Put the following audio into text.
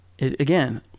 Again